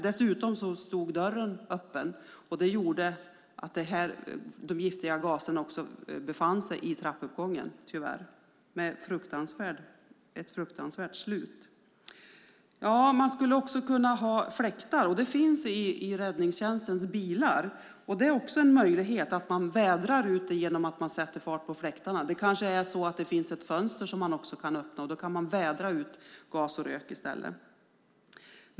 Dessutom stod dörren öppen, vilket gjorde att de giftiga gaserna tyvärr kom ut i trappuppgången, vilket fick ett fruktansvärt slut. Man skulle också kunna ha fläktar, och det finns i räddningstjänstens bilar. En möjlighet är att man vädrar ut gas och rök genom att man sätter fart på fläktarna. Det kanske också finns ett fönster som man kan öppna. Då kan man vädra ut gas och rök i stället.